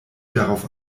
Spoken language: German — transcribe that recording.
darauf